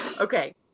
Okay